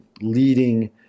leading